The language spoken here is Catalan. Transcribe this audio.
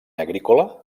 agrícola